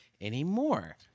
anymore